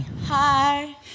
hi